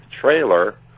trailer